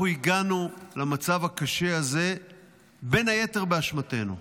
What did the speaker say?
אנחנו הגענו למצב הקשה הזה בין היתר באשמתנו.